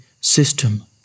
system